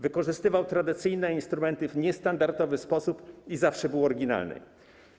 Wykorzystywał tradycyjne instrumenty w niestandardowy sposób i zawsze był oryginalny.